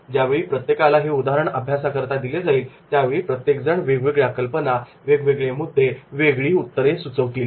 ज्यावेळी प्रत्येकाला हे उदाहरण अभ्यासाकरता दिले जाईल त्यावेळी प्रत्येक जण वेगवेगळ्या कल्पना वेगळे मुद्दे वेगळी उत्तरे सुचवतील